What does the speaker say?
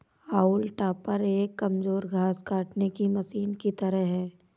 हाउल topper एक कमजोर घास काटने की मशीन की तरह है